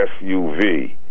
SUV